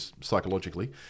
psychologically